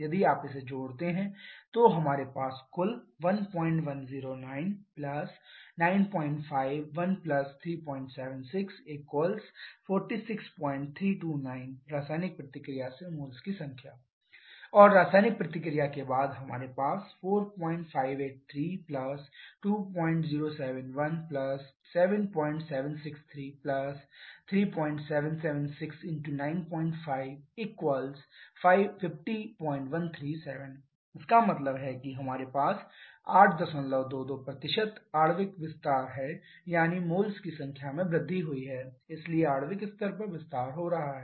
यदि आप इसे जोड़ते हैं तो हमारे पास कुल 1109 95 1 376 46329 रासायनिक प्रतिक्रिया से पहले मोल्स की संख्या और रासायनिक प्रतिक्रिया के बाद हमारे पास 4583 2071 7763 3776 × 95 50137 इसका मतलब है कि हमारे पास 822 आणविक विस्तार है यानी मोल्स की संख्या में वृद्धि हुई है इसलिए आणविक स्तर पर विस्तार हो रहा है